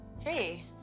Hey